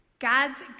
God's